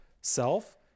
self